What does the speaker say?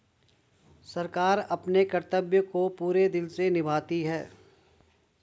सरकार अपने कर्तव्य को पूरे दिल से निभाती है